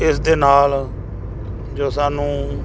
ਇਸ ਦੇ ਨਾਲ ਜੋ ਸਾਨੂੰ